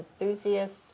enthusiasts